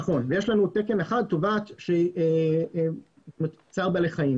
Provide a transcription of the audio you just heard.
נכון, ויש לנו תקן אחד, תובעת צער בעלי חיים.